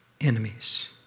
enemies